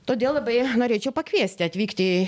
todėl labai norėčiau pakviesti atvykti